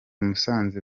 musanze